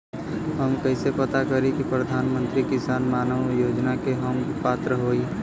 हम कइसे पता करी कि प्रधान मंत्री किसान मानधन योजना के हम पात्र हई?